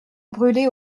brûlé